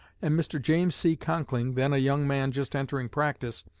and mr. james c. conkling, then a young man just entering practice,